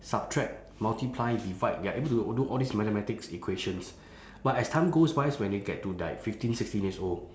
subtract multiply divide they are able to do all these mathematics equations but as time goes by when they get to like fifteen sixteen years old